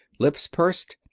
lips pursed,